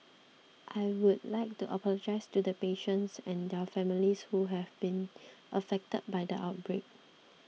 I would like to apologise to the patients and their families who have been affected by the outbreak